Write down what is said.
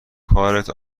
کارت